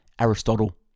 Aristotle